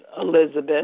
Elizabeth